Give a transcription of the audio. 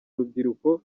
urubyiruko